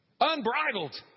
Unbridled